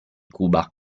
cuba